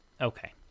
Okay